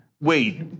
wait